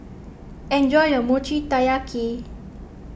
enjoy your Mochi Taiyaki